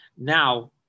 Now